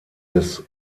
des